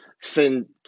fin